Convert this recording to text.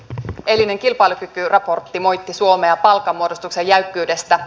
eilinen kilpailukykyraportti moitti suomea palkanmuodostuksen jäykkyydestä